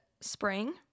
spring